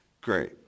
great